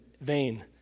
vain